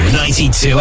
92